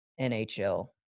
NHL